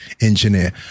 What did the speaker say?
engineer